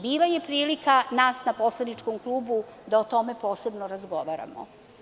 Bila je prilika nas na poslaničkom klubu da o tome posebno razgovaramo.